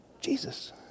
Jesus